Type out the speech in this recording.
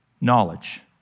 knowledge